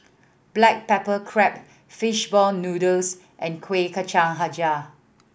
black pepper crab fish ball noodles and Kuih Kacang Hijau